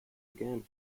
again